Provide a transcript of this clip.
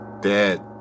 Dead